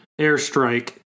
Airstrike